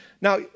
Now